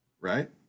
Right